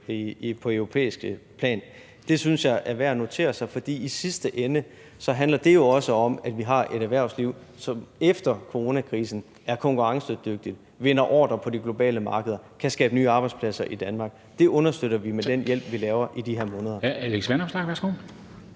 på europæisk plan. Det synes jeg er værd at notere sig, for i sidste ende handler det jo også om, at vi har et erhvervsliv, som efter coronakrisen er konkurrencedygtigt, vinder ordrer på de globale markeder og kan skabe nye arbejdspladser i Danmark. Det understøtter vi med den hjælp, vi laver i de her måneder.